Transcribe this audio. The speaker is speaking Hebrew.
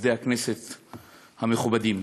עובדי הכנסת המכובדים,